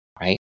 Right